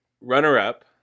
Runner-up